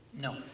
No